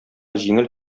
җиңел